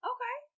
Okay